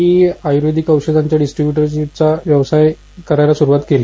मी आयूर्वेदीक औषधांचा डिस्ट्रिब्यूटरशीपचा व्यवसाय करायला सुरुवात केली